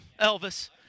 Elvis